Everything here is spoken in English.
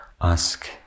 ask